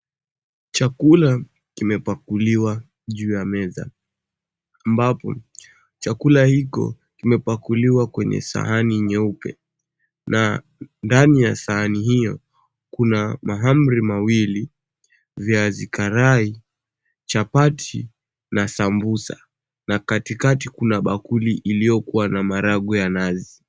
Chakula kimepakuliwa juu ya meza ambapo chakula hiko kimepakuliwa kwenye sahani nyeupe na ndani ya sahani hio kuna mahamri mawili, viazi karai, chapati na sambusa na katikati kuna bakuli iliokuwa na maharagwe ya nazi.